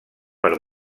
per